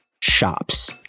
shops